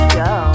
go